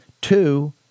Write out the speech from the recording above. Two